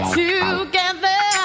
together